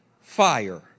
fire